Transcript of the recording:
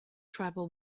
tribal